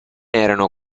erano